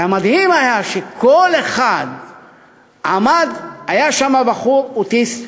והמדהים היה שכל אחד עמד, היה שם בחור אוטיסט